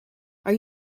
are